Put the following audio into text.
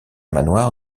manoir